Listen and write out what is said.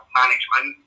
management